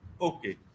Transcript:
Okay